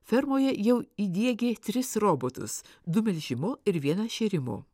firmoje jau įdiegė tris robotus du melžimo ir vieną šėrimo